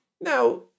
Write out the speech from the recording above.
now